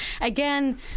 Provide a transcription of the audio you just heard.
again